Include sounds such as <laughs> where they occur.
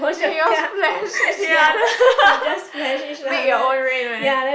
ya you all splash each the other <laughs> make your own rain man